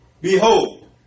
Behold